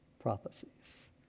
Prophecies